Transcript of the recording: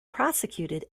prosecuted